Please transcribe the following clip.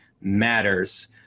matters